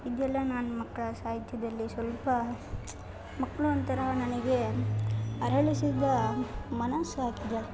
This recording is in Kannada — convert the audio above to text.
ಇದೆಲ್ಲ ನಾನು ಮಕ್ಕಳ ಸಾಹಿತ್ಯದಲ್ಲಿ ಸ್ವಲ್ಪ ಮಕ್ಕಳು ಒಂಥರ ನನಗೆ ಅರಳಿಸಿದ ಮನಸ್ಸಾಗಿದೆ